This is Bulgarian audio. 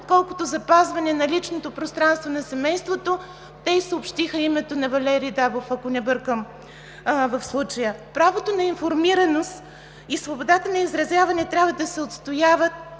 отколкото запазване на личното пространство на семейството, те съобщиха името на Валери Дъбов, ако не бъркам в случая. Правото на информираност и свободата на изразяване трябва да се отстояват